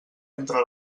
entre